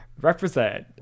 Represent